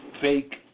fake